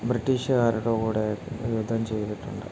ബ്രിട്ടീഷുകാരുടെ കൂടെ യുദ്ധം ചെയ്തിട്ടുണ്ട്